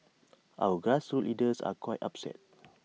our grassroots leaders are quite upset